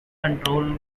control